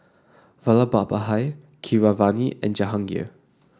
Vallabhbhai Keeravani and Jehangirr